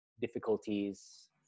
difficulties